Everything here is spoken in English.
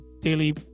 daily